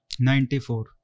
94%